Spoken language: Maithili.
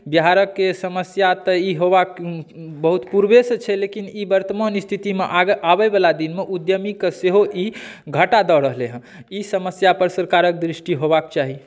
बिहारकेँ समस्या तऽ ई हेबाक तऽ बहुत पुर्वेसँ छै लेकिन ई वर्तमान स्थितिमे आबै वला दिनमे उद्यमीकेँ घटा दए रहलै हँ ई समस्या पर सरकारक दृष्टि होबाक चाही